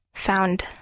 found